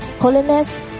holiness